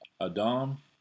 Adam